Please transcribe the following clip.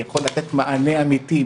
יכול לתת מענה אמיתי,